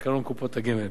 בתקנון קופות הגמל,